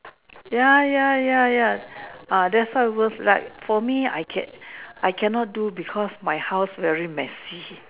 ya ya ya ya !wah! that's why worth like for me I can I cannot do because my house very messy